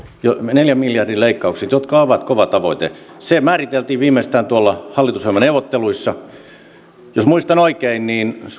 neljän miljardin leikkaukset jotka ovat kova tavoite se määriteltiin viimeistään hallitusohjelmaneuvotteluissa jos muistan oikein niin